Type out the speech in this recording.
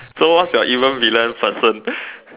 so what's your evil villain person